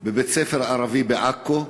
בחר בבית-ספר ערבי בעכו,